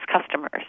customers